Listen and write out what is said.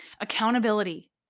Accountability